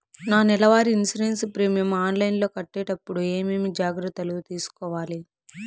నా నెల వారి ఇన్సూరెన్సు ప్రీమియం ఆన్లైన్లో కట్టేటప్పుడు ఏమేమి జాగ్రత్త లు తీసుకోవాలి?